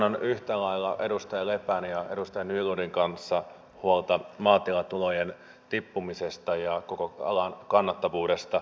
kannan yhtä lailla edustaja lepän ja edustaja nylundin kanssa huolta maatilatulojen tippumisesta ja koko alan kannattavuudesta